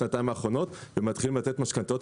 שנתיים האחרונות ומתחילים לתת משכנתאות.